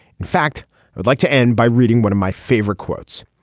in fact i would like to end by reading one of my favorite quotes.